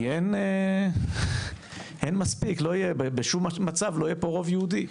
כי אין מספיק, בשום מצב לא יהיה פה רוב יהודי.